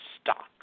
stock